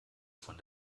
von